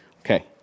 Okay